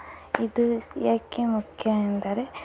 ಇದು ಯಾಕೆ ಮುಖ್ಯ ಎಂದರೆ